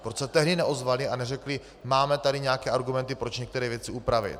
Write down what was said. Proč se tehdy neozvaly a neřekly: máme tady nějaké argumenty, proč některé věci upravit.